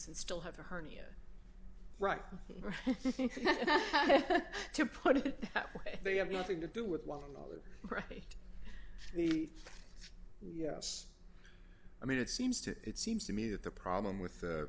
and still have a hernia right to put it that way they have nothing to do with one another pretty the yes i mean it seems to it seems to me that the problem with